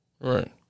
Right